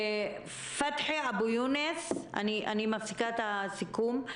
--- סליחה, אני מפסיקה את הסיכום.